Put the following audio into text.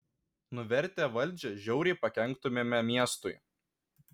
nuvertę valdžią žiauriai pakenktumėme miestui